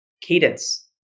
cadence